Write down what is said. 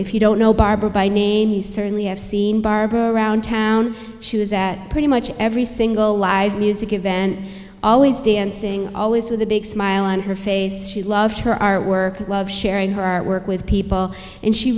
if you don't know barbara by name you certainly have seen barbara around town she was at pretty much every single live music event always dancing always with a big smile on her face she loved her artwork and love sharing her artwork with people and she